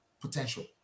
potential